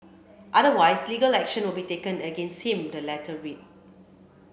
otherwise legal action will be taken against him the letter read